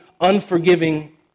unforgiving